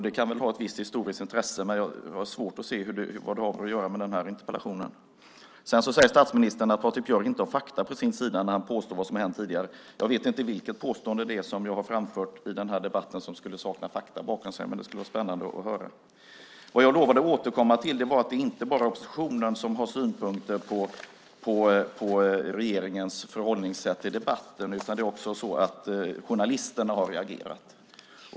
Det kan väl ha ett visst historiskt intresse, men jag har svårt att se vad det har att göra med den här interpellationen. Sedan säger statsministern att jag inte har fakta på min sida när jag påstår vad som har hänt tidigare. Jag vet inte vilket påstående det är som jag har framfört i den här debatten som skulle sakna fakta bakom sig, men det skulle vara spännande att höra. Vad jag lovade att återkomma till var att det inte bara är oppositionen som har synpunkter på regeringens förhållningssätt i debatten, utan också journalisterna har reagerat.